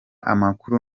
amakuru